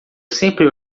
sempre